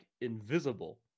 invisible